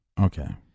Okay